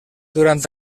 durant